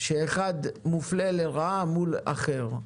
שאחד מופלה לרעה מול אחר.